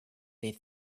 they